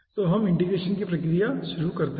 तो हम इंटीग्रेशन की प्रक्रिया शुरू कर सकते हैं